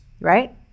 right